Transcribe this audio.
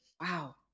Wow